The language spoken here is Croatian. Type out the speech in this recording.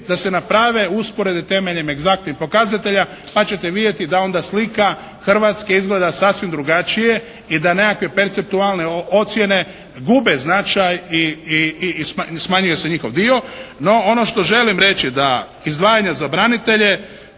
da se naprave usporedbe temeljem egzaktnih pokazatelja pa ćete vidjeti da onda slika Hrvatske izgleda sasvim drugačije i da nekakve perceptualne ocjene gube značaj i smanjuje se njihov dio. No ono što želim reći da izdvajanje za branitelje